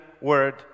Word